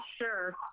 sure